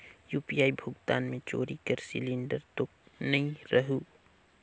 UPI भुगतान मे चोरी कर सिलिंडर तो नइ रहु?